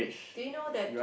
do you know that